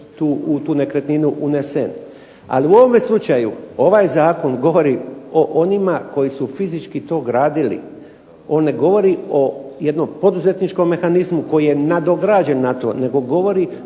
u tu nekretninu unesen. Ali u ovome slučaju ovaj zakon govori o onima koji su fizički to gradili. On ne govori o jednom poduzetničkom mehanizmu koji je nadograđen na to, nego govori